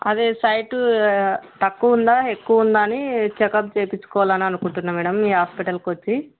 అదే సైటు తక్కువ ఉందా ఎక్కువ ఉందా అని చెకప్ చేపించుకోవాలని అనుకుంటున్నాను మేడమ్ మీ హాస్పిటల్కి వచ్చి